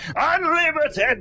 UNLIMITED